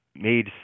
made